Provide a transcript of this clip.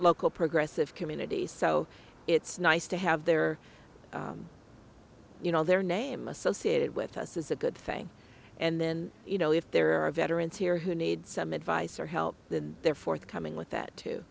local progressive community so it's nice to have their you know their name associated with us is a good thing and and you know if there are veterans here who need some advice or help then they're forthcoming with that too